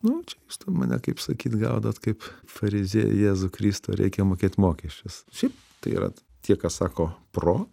nu čia jūs ten mane kaip sakyt gaudot kaip fariziejai jėzų kristų reikia mokėt mokesčius šiaip tai yra tie kas sako pro